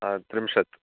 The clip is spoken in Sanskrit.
त्रिंशत्